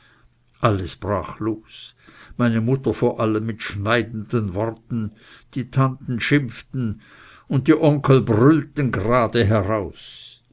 alles brach los meine mutter vor allem mit schneidenden worten die tanten schimpften und die onkels brüllten gerade heraus